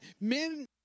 men